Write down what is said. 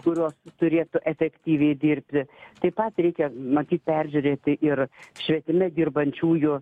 kurios turėtų efektyviai dirbti taip pat reikia matyt peržiūrėti ir švietime dirbančiųjų